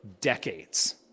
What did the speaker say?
decades